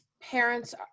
parents